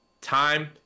time